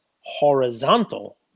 Horizontal